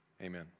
Amen